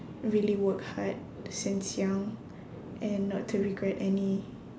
really work hard since young and not to regret any